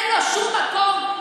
אין לו שום מקום,